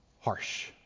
harsh